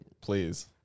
Please